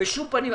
בשום פנים.